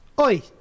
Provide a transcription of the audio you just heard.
Oi